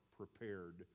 prepared